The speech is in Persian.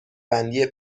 بندی